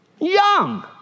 young